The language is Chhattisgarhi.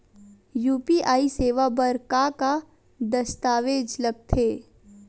यू.पी.आई सेवा बर का का दस्तावेज लगथे?